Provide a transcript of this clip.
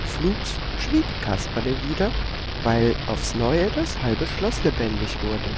flugs schwieg kasperle wieder weil aufs neue das halbe schloß lebendig wurde